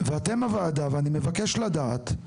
ואתם הוועדה ואני מבקש לדעת,